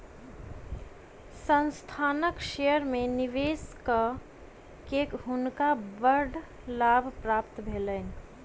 संस्थानक शेयर में निवेश कय के हुनका बड़ लाभ प्राप्त भेलैन